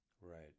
Right